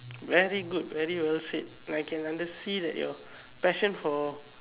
very good very well said I can under see that your passion for